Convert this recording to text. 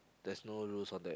there's no rules all that